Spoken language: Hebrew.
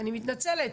אני מתנצלת.